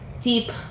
deep